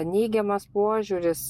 neigiamas požiūris